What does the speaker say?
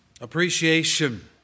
appreciation